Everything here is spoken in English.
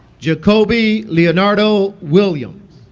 jacobi leonardo williams